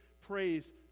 praise